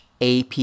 AP